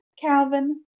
Calvin